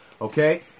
okay